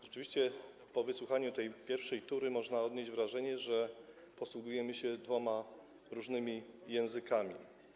Rzeczywiście po wysłuchaniu tej pierwszej tury wystąpień można odnieść wrażenie, że posługujemy się dwoma różnymi językami.